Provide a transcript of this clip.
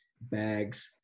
bags